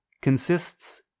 consists